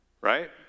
right